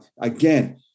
again